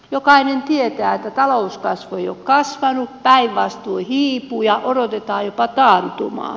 jokainen tietää että talous ei ole kasvanut päinvastoin se hiipuu ja odotetaan jopa taantumaa